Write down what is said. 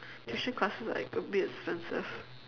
tuition classes like a bit expensive